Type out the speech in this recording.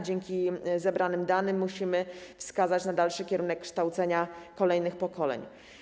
Dzięki zebranym danym musimy wskazać dalszy kierunek kształcenia kolejnych pokoleń.